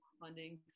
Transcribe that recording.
funding